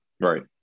Right